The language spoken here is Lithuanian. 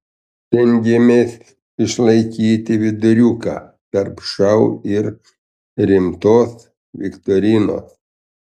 stengėmės išlaikyti viduriuką tarp šou ir rimtos viktorinos